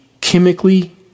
chemically